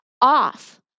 off